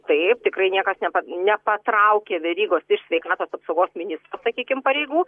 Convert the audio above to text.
taip tikrai niekas nepa nepatraukė verygos iš sveikatos apsaugos ministro sakykim pareigų